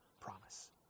promise